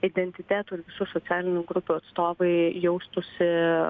identitetų ir visų socialinių grupių atstovai jaustųsi